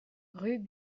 rue